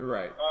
Right